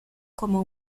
como